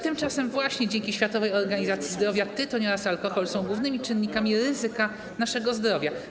Tymczasem właśnie według Światowej Organizacji Zdrowia tytoń oraz alkohol są głównymi czynnikami ryzyka dla naszego zdrowia.